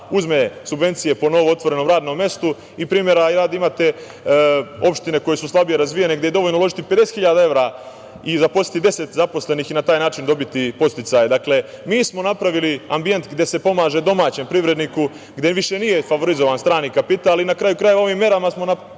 uzme subvencije po novootvorenom radnom mestu. Primera radi, imate opštine koje su slabije razvijene, gde je dovoljno uložiti 50.000 evra i zaposliti 10 zaposlenih i na taj način dobiti podsticaje. Dakle, mi smo napravili ambijent gde se pomaže domaćem privredniku, gde više nije favorizovan strani kapital. Na kraju krajeva, ovim merama smo pokazali